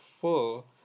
full